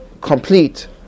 complete